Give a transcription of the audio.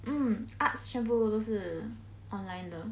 mm arts 全部都是 online 的